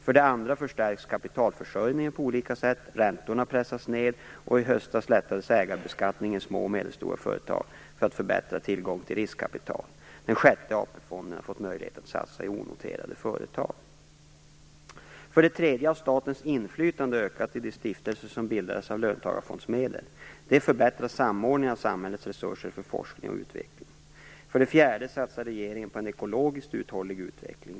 För det andra förstärks kapitalförsörjningen på olika sätt. Räntorna har pressats ned, och i höstas lättades ägarbeskattning i små och medelstora företag för att förbättra deras tillgång till riskkapital. Den sjätte AP-fonden har fått möjligheter att satsa i onoterade företag. För det tredje har statens inflytande ökat i de stiftelser som bildades av löntagarfondsmedel. Det förbättrar samordningen av samhällets resurser för forskning och utveckling. För det fjärde satsar regeringen på en ekologiskt uthållig utveckling.